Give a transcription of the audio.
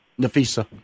Nafisa